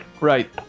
Right